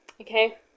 okay